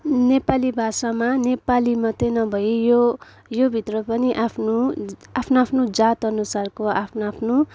नेपाली भाषामा नेपाली मात्रै नभई यो यो भित्र पनि आफ्नो आफ्नो आफ्नो जात अनुसारको आफ्नो आफ्नो